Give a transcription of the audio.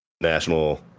National